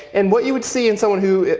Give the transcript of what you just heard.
and what you would see in someone who,